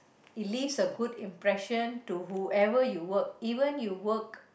it leaves a good impression to whoever you work